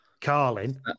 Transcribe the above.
Carlin